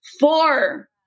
four